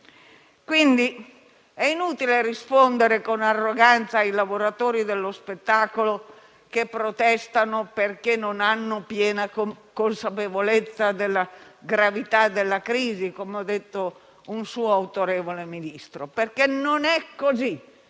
Quindi, è inutile rispondere con arroganza ai lavoratori dello spettacolo che protestano, perché non hanno piena consapevolezza della gravità della crisi - come ha detto un suo autorevole Ministro - perché non è così.